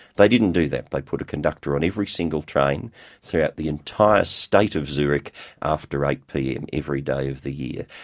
they didn't do that. like put a conductor on every single train throughout the entire state of zurich after eight pm every day of the year,